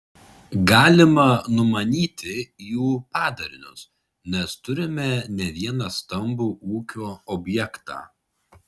galima numanyti jų padarinius nes turime ne vieną stambų ūkio objektą